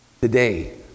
Today